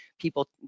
people